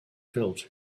felt